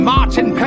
Martin